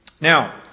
Now